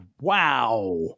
wow